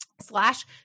Slash